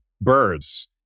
birds